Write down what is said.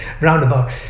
roundabout